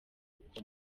uko